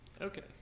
Okay